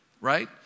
right